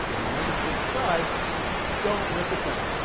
remember to subscribe so you don't miss a thing.